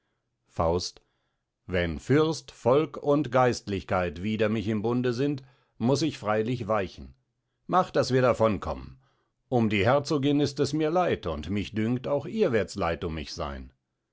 faust wenn fürst volk und geistlichkeit wider mich im bunde sind muß ich freilich weichen mach daß wir davon kommen um die herzogin ist es mir leid und mich dünkt auch ihr wirds leid um mich sein